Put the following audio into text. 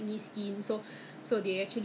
whether it's good or not ya so